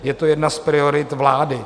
Je to jedna z priorit vlády.